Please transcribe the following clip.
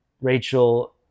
Rachel